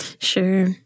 Sure